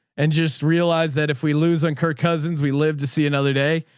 and just realize that if we lose on kirk cousins, we live to see another day.